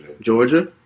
Georgia